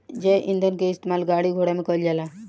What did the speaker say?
जैव ईंधन के इस्तेमाल गाड़ी घोड़ा में कईल जाला